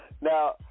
now